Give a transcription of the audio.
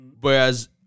Whereas